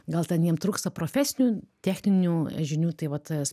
gal ten jiem trūksta profesinių techninių žinių tai va tas